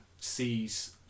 sees